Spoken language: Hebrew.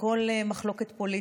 מכל מחלוקת פוליטית,